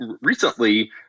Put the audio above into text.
recently